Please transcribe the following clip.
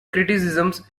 criticisms